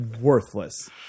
Worthless